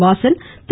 Vasan Thiru